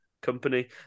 Company